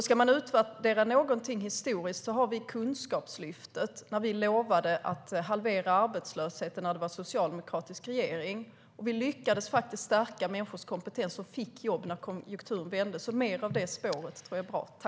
Ska man utvärdera någonting historiskt, när det var en socialdemokratisk regering, har vi Kunskapslyftet, där vi lovade att halvera arbetslösheten. Vi lyckades stärka människors kompetens, och de fick jobb när konjunkturen vände. Mer av det spåret tror jag är bra.